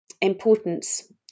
importance